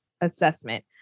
assessment